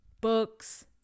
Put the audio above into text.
books